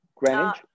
Greenwich